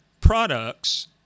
products